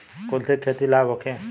कुलथी के खेती से लाभ होखे?